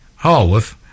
harworth